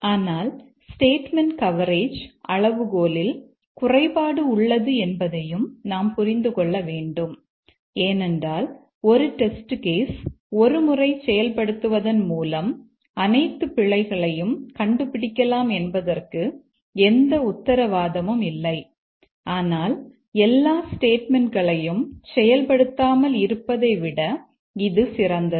ஆனால் statement coverage அளவுகோலில் குறைபாடு உள்ளது என்பதையும் நாம் புரிந்து கொள்ள வேண்டும் ஏனென்றால் ஒரு டெஸ்ட் கேஸ் ஒரு முறை செயல்படுத்துவதன் மூலம் அனைத்து பிழைகளையும் கண்டுபிடிக்கலாம் என்பதற்கு எந்த உத்தரவாதமும் இல்லை ஆனால் எல்லா ஸ்டேட்மெண்ட்களையும் செயல்படுத்தாமல் இருப்பதை விட இது சிறந்தது